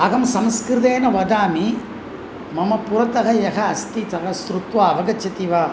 अहं संस्कृतेन वदामि मम पुरतः यः अस्ति सः श्रुत्वा अवगच्छति वा